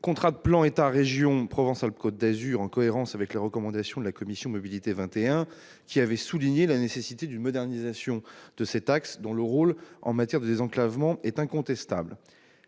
contrat de plan État-région Provence-Alpes-Côte d'azur, en cohérence avec les recommandations de la commission « Mobilité 21 », qui avait souligné la nécessité d'une modernisation de cet axe, dont le rôle en matière de désenclavement est incontestable.